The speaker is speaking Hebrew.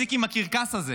שנפסיק עם הקרקס הזה.